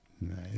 nice